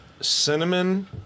cinnamon